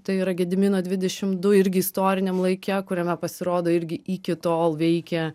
tai yra gedimino dvidešim du irgi istoriniam laike kuriame pasirodo irgi iki tol veikė